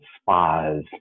spas